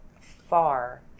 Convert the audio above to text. far